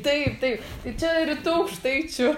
taip taip tai čia rytų aukštaičių